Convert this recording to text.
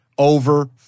over